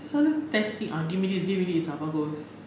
sudden testing ah give me this give me this ah bagus